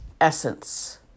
essence